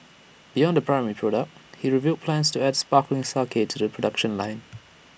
beyond the primary product he revealed plans to add sparkling sake to the production line